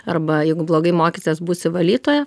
arba jeigu blogai mokysies būsi valytoja